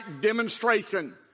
demonstration